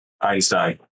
Einstein